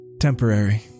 temporary